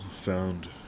found